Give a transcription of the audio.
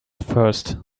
first